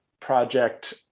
project